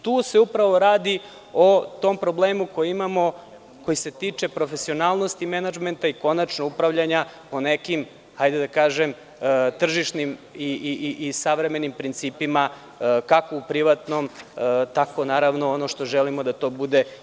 Tu se upravo radi o tom problemu koji imamo, koji se tiče profesionalnosti menadžmenta i konačno upravljanja po nekim tržišnim i savremenim principima, kako u privatnom, tako i u javnom sektoru, što želimo da bude.